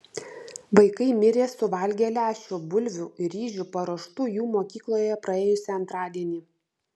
vaikai mirė suvalgę lęšių bulvių ir ryžių paruoštų jų mokykloje praėjusį antradienį